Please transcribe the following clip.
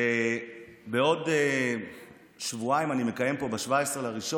בעוד שבועיים, ב-17 בינואר,